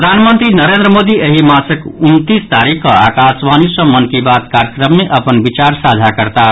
प्रधानमंत्री नरेन्द्र मोदी एहि मासक उनतीस तारीख कऽ आकाशवाणी सँ मन की बात कार्यक्रम मे अपन विचार साझा करताह